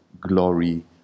glory